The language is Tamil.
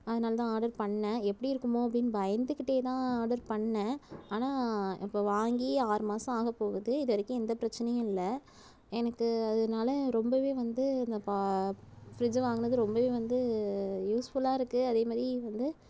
அதனால தான் ஆர்டர் பண்ணேன் எப்படி இருக்குமோ அப்படின்னு பயந்துக்கிட்டேதான் ஆர்டர் பண்ணேன் ஆனால் இப்போ வாங்கி ஆறு மாசம் ஆகப்போகுது இதுவரைக்கும் எந்த பிரச்சனையும் இல்லை எனக்கு அதனால ரொம்பவே வந்து இந்த ஃபிரிட்ஜ் வாங்குனது ரொம்பவே வந்து யூஸ்ஃபுல்லாருக்குது அதே மாதிரி வந்து